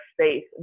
space